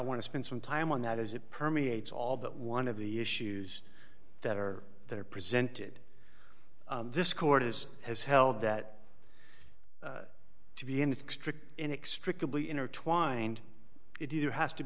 want to spend some time on that as it permeates all that one of the issues that are that are presented this court is has held that to be in its strict inextricably intertwined it either has to